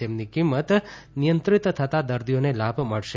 જેમની કિંમત નિયંત્રિત થતાં દર્દીઓને લાભ મળશે